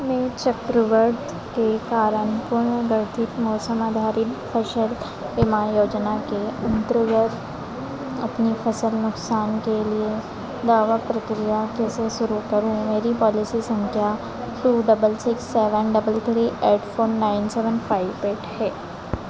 मैं चक्रवात के कारण पुनर्गठित मौसम आधारित फ़सल बीमा योजना के अंतर्गत अपनी फ़सल नुकसान के लिए दावा प्रक्रिया कैसे शुरू करूँ मेरी पॉलिसी संख्या two double six seven double three eight four nine seven five eight है